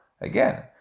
again